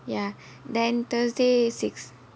ya then thursday six